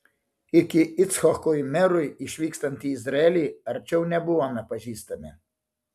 iki icchokui merui išvykstant į izraelį arčiau nebuvome pažįstami